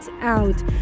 out